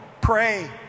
pray